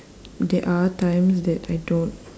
there are times that I don't